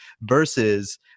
versus